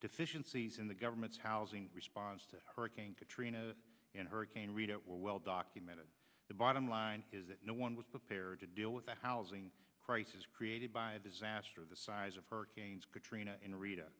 deficiencies in the government's housing response to hurricane katrina and hurricane rita were well documented the bottom line is that no one was prepared to deal with the housing crisis created by a disaster the size of hurricanes katrina and rita